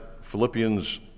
Philippians